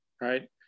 right